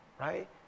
right